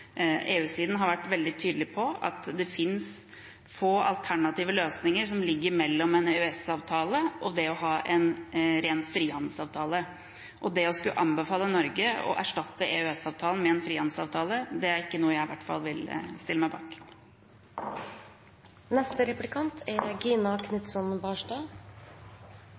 EU-siden har vært veldig tydelig på at det finnes få alternative løsninger som ligger mellom en EØS-avtale og det å ha en ren frihandelsavtale. Det å skulle anbefale Norge å erstatte EØS-avtalen med en frihandelsavtale er ikke noe jeg i hvert fall vil stille meg bak.